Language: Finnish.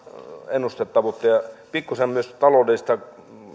ennustettavuutta ja pikkuisen myös taloudellista